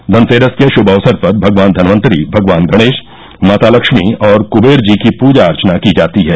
धनतेरस के शुभ अवसर पर भगवान धनवंतरि भगवान गणेश माता लक्ष्मी और कुंबेर जी की पूजा अर्चना की जाती है